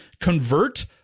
convert